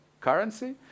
currency